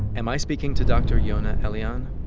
am i speaking to dr. yonah elian?